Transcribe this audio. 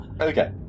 Okay